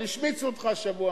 אבל השמיצו אותך השבוע,